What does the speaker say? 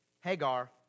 Hagar